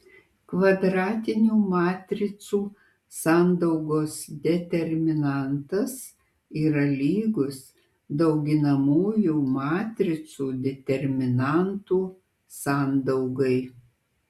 kvadratinių matricų sandaugos determinantas yra lygus dauginamųjų matricų determinantų sandaugai